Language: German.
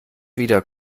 wieder